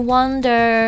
Wonder